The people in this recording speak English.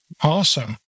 Awesome